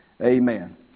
amen